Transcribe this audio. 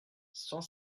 cent